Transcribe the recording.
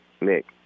Nick